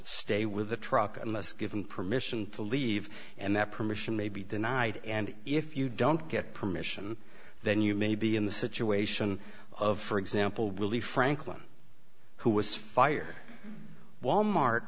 stay with the truck unless given permission to leave and that permission may be denied and if you don't get permission then you may be in the situation of for example will be franklin who was fired wal mart